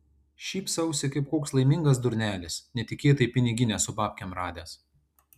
šypsausi kaip koks laimingas durnelis netikėtai piniginę su babkėm radęs